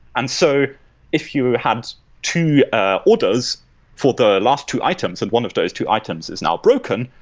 and so if you have to orders for the last two items and one of those two items is now broken,